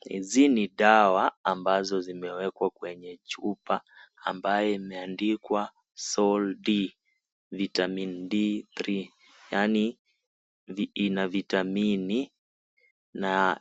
Hizi ni dawa ambazo zimewekwa kwenye chupa ambayo imeandikwa soulD vitamini D3 yaani ina vitamini na